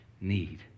need